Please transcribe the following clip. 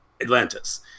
atlantis